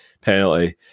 penalty